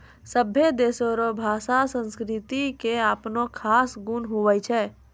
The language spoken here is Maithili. सभै देशो रो भाषा संस्कृति के अपनो खास गुण हुवै छै